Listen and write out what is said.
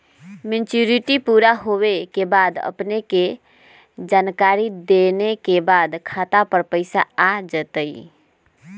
Maturity पुरा होवे के बाद अपने के जानकारी देने के बाद खाता पर पैसा आ जतई?